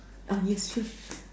ah yes yes